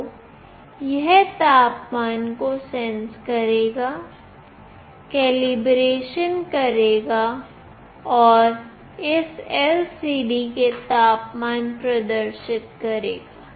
तो यह तापमान को सेंस करेगा कलीब्रेशन करेगा और इस LCD में तापमान प्रदर्शित करेगा